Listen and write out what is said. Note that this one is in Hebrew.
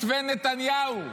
מתווה נתניהו.